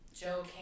Joe